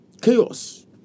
chaos